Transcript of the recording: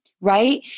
right